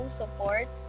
support